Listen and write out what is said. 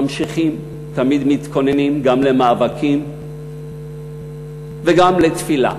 ממשיכים, תמיד מתכוננים גם למאבקים וגם לתפילה,